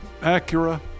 Acura